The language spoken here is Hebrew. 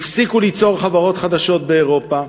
הפסיקו ליצור חברות חדשות באירופה,